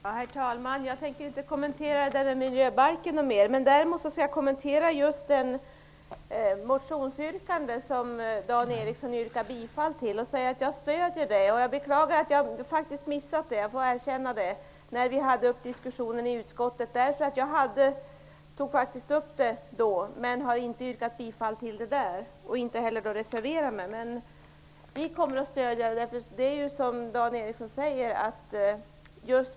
Herr talman! Jag tänker inte kommentera det där med miljöbalken mer. Däremot skall jag kommentera den motion som Dan Ericsson yrkar bifall till. Jag stöder denna, och jag beklagar att jag faktiskt har missat den, det måste jag erkänna, när vi hade diskussionen uppe i utskottet. Jag tog faktiskt upp detta då, men jag har inte yrkat bifall, och inte heller reserverat mig. Men vi kommer att stödja detta. Det är ju som Dan Ericsson säger.